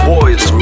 Boys